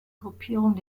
gruppierung